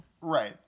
Right